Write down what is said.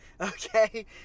okay